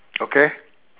okay